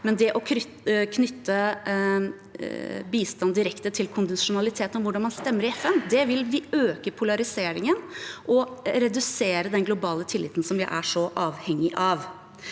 Men å knytte bistand direkte til kondisjonalitet og hvordan man stemmer i FN, vil øke polariseringen og redusere den globale tilliten som vi er så avhengig av.